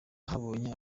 yahabonye